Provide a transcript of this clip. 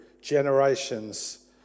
generations